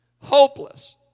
Hopeless